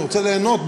אני רוצה ליהנות,